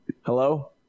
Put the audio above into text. Hello